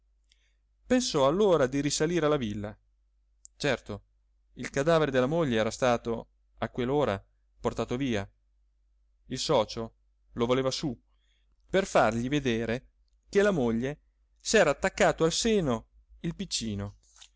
pensò allora di risalire alla villa certo il cadavere della moglie era stato a quell'ora portato via il socio lo voleva su per fargli vedere che la moglie s'era attaccato al seno il piccino